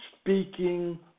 speaking